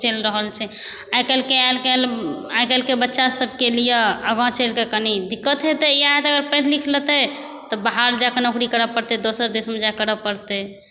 चलि रहल छै आइकाल्हिके बच्चा सबके लिए आगाँ चलिकऽ कनी दिक्कत हेतै या तऽ अगर पढ़ि लिख लेतै तऽ बाहर जा कऽ नौकरी करै पड़तै दोसर देसमे जा कऽ करै पड़तै